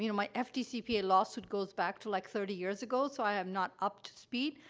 you know my fdcpa lawsuit goes back to, like, thirty years ago, so i am not up to speed.